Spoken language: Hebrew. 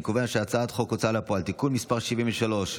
חוק ההוצאה לפועל (תיקון מס' 73),